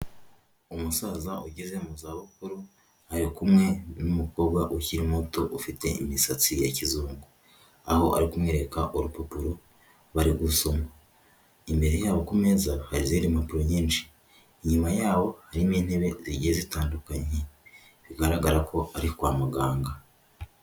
Umusaza ugeze mu za bukuru ari kumwe n'umukobwa ukiri muto ufite imisatsi ya kizungu, aho ari kumwereka urupapuro bari gusoma, imbere yabo ku meza, hari izindi mpapuro nyinshi, inyuma yaho harimo intebe zigiye zitandukanye, bigaragara ko ari kwa muganga.